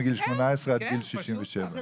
מגיל 18 עד גיל 67,